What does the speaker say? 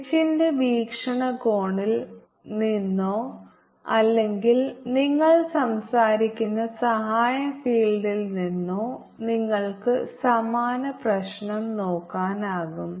H ന്റെ വീക്ഷണകോണിൽ നിന്നോ അല്ലെങ്കിൽ നിങ്ങൾ സംസാരിക്കുന്ന സഹായ ഫീൽഡിൽ നിന്നോ നിങ്ങൾക്ക് സമാന പ്രശ്നം നോക്കാനാകും